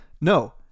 No